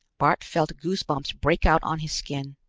bart felt goosebumps break out on his skin.